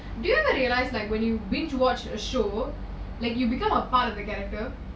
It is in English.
do you ever realise like when you binge watch a show like you become a part of the character